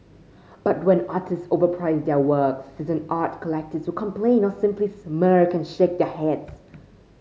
but when artist overprice their works seasoned art collectors complain or simply smirk and shake their heads